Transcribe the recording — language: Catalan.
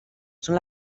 són